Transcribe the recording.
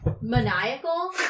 maniacal